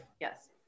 Yes